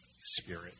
spirit